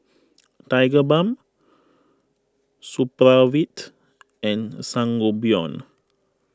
Tigerbalm Supravit and Sangobion